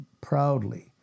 proudly